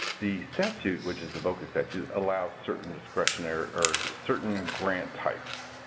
the statute, which is the voca statute, allows certain discretionary or certain and grant types.